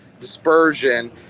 dispersion